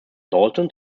dalton